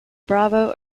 bravo